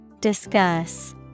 Discuss